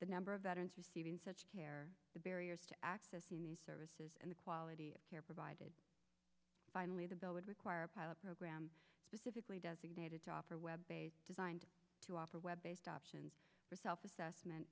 the number of veterans receiving such care the barriers to access the need services and the quality of care provided finally the bill would require a pilot program civically designated to offer web based designed to offer web based options for self assessment